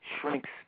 shrinks